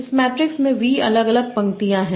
इस मैट्रिक्स में V अलग अलग पंक्तियाँ हैं